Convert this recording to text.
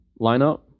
lineup